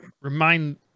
remind